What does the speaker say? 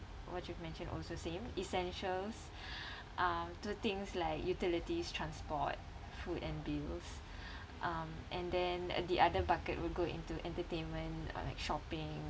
what you've mentioned also same essentials uh to things like utilities transport food and bills um and then the other bucket will go into entertainment or like shopping